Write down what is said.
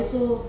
mm